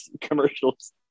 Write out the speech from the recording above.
commercials